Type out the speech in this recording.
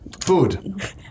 Food